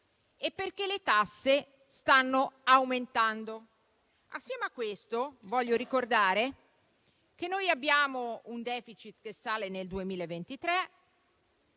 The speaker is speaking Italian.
alcuna; le tasse stanno aumentando. Assieme a questo, voglio ricordare che abbiamo un *deficit* che sale nel 2023;